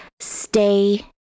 Stay